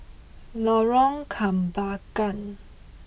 Lorong Kembagan